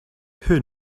who